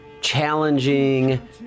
challenging